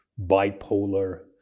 bipolar